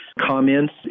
comments